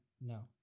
No